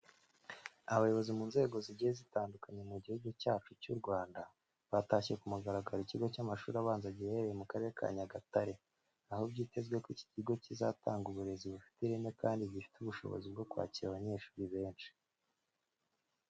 Abayobozi mu nzego zigiye zitandukanye mu gihugu cyacu cy'u Rwanda batashye ku mugaragaro ikigo cy'amashuri abanza giherereye mu Karere ka Nyagatare, aho byitezwe ko iki kigo kizatanga uburezi bufite ireme kandi gifite ubushobozi bwo kwakira abanyeshuri benshi.